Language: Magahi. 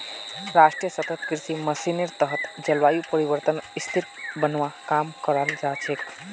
राष्ट्रीय सतत कृषि मिशनेर तहत जलवायु परिवर्तनक स्थिर बनव्वा काम कराल जा छेक